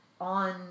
on